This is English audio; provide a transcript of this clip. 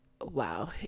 wow